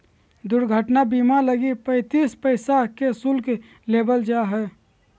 दुर्घटना बीमा लगी पैंतीस पैसा के शुल्क लेबल जा हइ